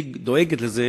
היא דואגת לזה,